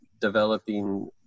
developing